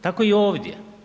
Tako i ovdje.